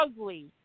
ugly